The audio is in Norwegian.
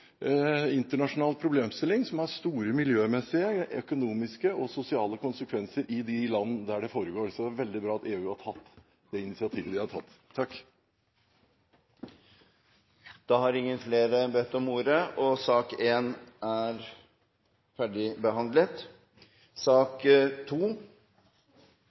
internasjonal problemstilling som har store miljømessige, økonomiske og sosiale konsekvenser i de land der det foregår. Det er veldig bra at EU har tatt det initiativet de har tatt. Flere har ikke bedt om ordet til sak